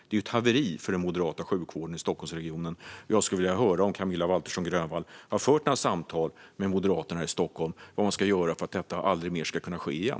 Det är ett haveri för den moderata sjukvården i Stockholmsregionen, och jag skulle vilja höra om Camilla Waltersson Grönvall har fört några samtal med Moderaterna här i Stockholm om vad man ska göra för att detta aldrig ska kunna ske igen.